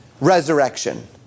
resurrection